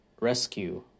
rescue